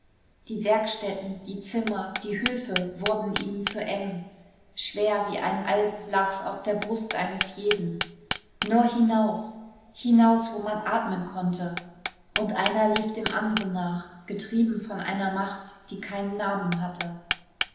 die werkstätten die zimmer die höfe wurden ihnen zu eng schwer wie ein alp lag's auf der brust eines jeden nur hinaus hinaus wo man atmen konnte und einer lief dem anderen nach getrieben von einer macht die keinen namen hatte